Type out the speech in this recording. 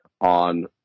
on